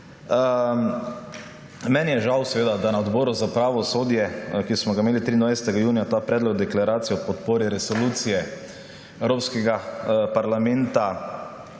Meni je žal, da na Odboru za pravosodje, ki smo ga imeli 23. junija, ta Predlog deklaracije o podpori Resoluciji Evropskega parlamenta